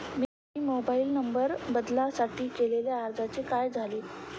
मी mobile number बदलासाठी केलेल्या अर्जाचे काय झाले?